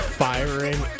firing